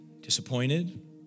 Disappointed